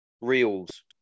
reels